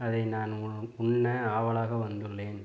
அதை நான் உண் உண்ண ஆவலாக வந்துள்ளேன்